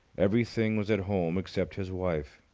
everything was at home except his wife.